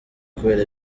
kubera